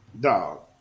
Dog